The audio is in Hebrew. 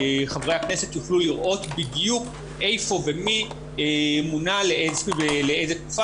כי חברי הכנסת יוכלו לראות בדיוק איפה ומי מונה לאיזה תקופה